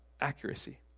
Accuracy